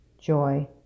joy